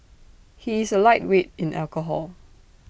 he is A lightweight in alcohol